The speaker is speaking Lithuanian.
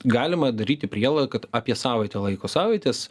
galima daryti prielaidą kad apie savaitę laiko savaitės